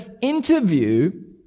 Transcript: interview